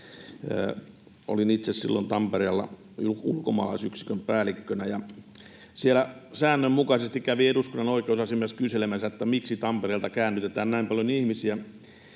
Olin itse silloin Tampereella ulkomaalaisyksikön päällikkönä, ja siellä säännönmukaisesti kävi eduskunnan oikeusasiamies kyselemässä, miksi Tampereelta käännytetään näin paljon ihmisiä,